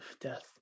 death